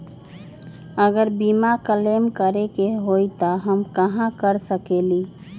अगर बीमा क्लेम करे के होई त हम कहा कर सकेली?